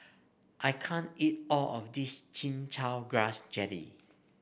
I can't eat all of this Chin Chow Grass Jelly